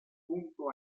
punto